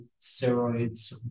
steroids